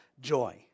joy